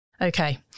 okay